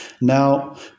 Now